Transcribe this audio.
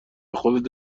خودت